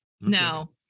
No